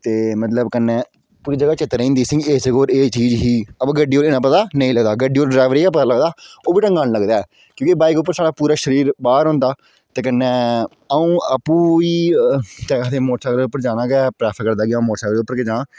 ते मतलब कन्नै पूरी जगह् चेता रेही जंदी केह् इत्थै एह् चीज ही पर गड्डी उप्पर पता नेईं लगदा गड्डी उप्पर सिर्फ ड्राइवरे गी गै पता लगदा ओह् बी ढंगे दा नेईं लगदा ऐ क्योंकि बाइक उप्पर साढ़ा पूरा शरीर बाह्र होंदा ते गड्डी च अ'ऊं आपूं मोटरसाइकल उप्पर जाना गै प्रैफर करदा कि मोटरसाइकल उप्पर गै जां